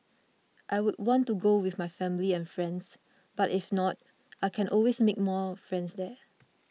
I would want to go with my family and friends but if not I can always make more friends there